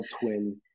twin